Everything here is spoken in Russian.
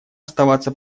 оставаться